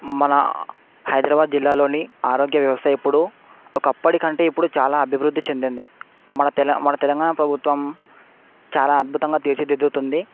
మన హైదరాబాద్ జిల్లాలోని ఆరోగ్య వ్యవస్థ ఇప్పుడు ఒకప్పటి కంటే ఇప్పుడు చాలా అభివృద్ధి చెందింది మన తెలంగాణ మన తెలంగాణ ప్రభుత్వం చాలా అద్భుతంగా తీర్చిదిద్దుతుంది